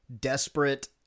desperate